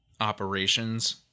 operations